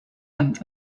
vent